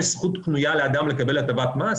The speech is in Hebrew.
יש זכות קנויה לאדם לקבל הטבת מס?